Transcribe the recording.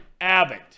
Abbott